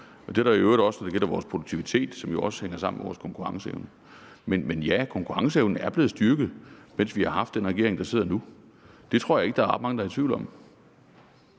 og det er der i øvrigt også, når det gælder vores produktivitet, som jo også hænger sammen med vores konkurrenceevne. Men ja, konkurrenceevnen er blevet styrket, mens vi har haft den regering, der sidder nu. Det tror jeg ikke der er ret mange der er i tvivl om.